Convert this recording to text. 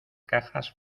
cajas